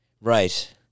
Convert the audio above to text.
Right